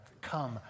Come